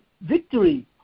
victory